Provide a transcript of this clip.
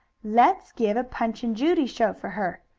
let's give a punch and judy show for her,